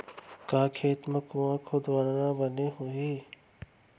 का खेत मा कुंआ खोदवाना बने होही?